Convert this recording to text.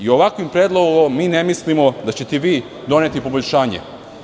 Ovakvim predlogom mi ne mislimo da ćete vi doneti poboljšanje.